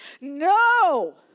No